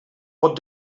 pot